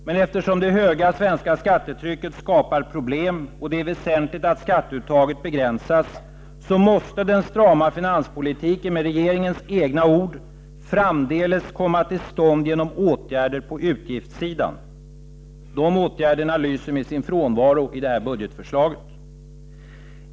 Men eftersom det höga svenska skattetrycket skapar problem och det är väsentligt att skatteuttaget begränsas, måste den strama finanspolitiken, med regeringens egna ord, ”framdeles komma till stånd genom åtgärder på utgiftssidan”. De åtgärderna lyser med sin frånvaro i det här budgetförslaget.